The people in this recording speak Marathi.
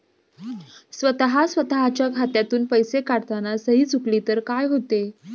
स्वतः स्वतःच्या खात्यातून पैसे काढताना सही चुकली तर काय होते?